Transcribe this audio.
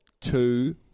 two